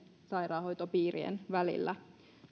sairaanhoitopiirien välillä